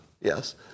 Yes